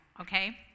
okay